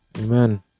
Amen